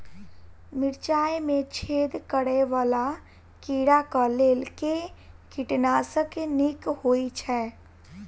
मिर्चाय मे छेद करै वला कीड़ा कऽ लेल केँ कीटनाशक नीक होइ छै?